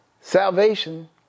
salvation